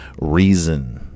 reason